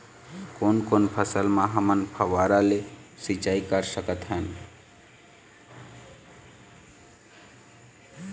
कोन कोन फसल म हमन फव्वारा ले सिचाई कर सकत हन?